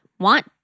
want